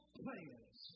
plans